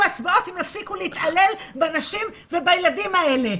הצבעות אם יפסיקו להתעלל בנשים ובילדים האלה.